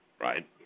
right